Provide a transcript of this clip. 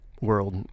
world